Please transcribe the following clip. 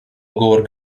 گرگ